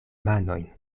manojn